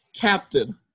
Captain